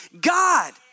God